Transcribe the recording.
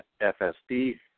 FSD